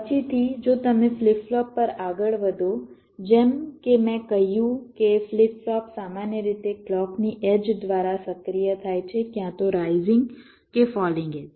પછીથી જો તમે ફ્લિપ ફ્લોપ પર આગળ વધો જેમ કે મેં કહ્યું કે ફ્લિપ ફ્લોપ સામાન્ય રીતે ક્લૉકની એડ્જ દ્વારા સક્રિય થાય છે ક્યાં તો રાઇઝિંગ કે ફોલિંગ એડ્જ